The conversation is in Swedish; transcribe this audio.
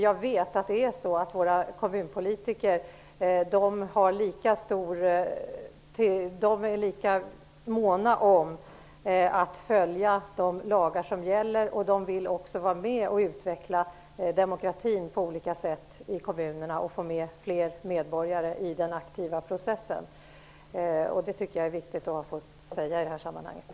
Jag vet att våra kommunalpolitiker är lika måna om att följa de lagar som gäller. De vill också vara med och utveckla demokratin i kommunerna på olika sätt och strävar efter att få med fler medborgare i den aktiva processen. Detta är viktigt att få sagt i det här sammanhanget.